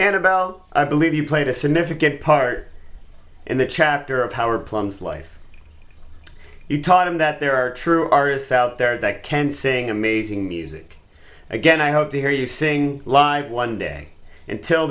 anabel i believe you played a significant part in the chapter of power plants life you taught him that there are true artists out there that can sing amazing music again i hope to hear you sing live one day until